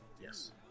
Yes